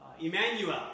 Emmanuel